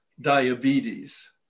diabetes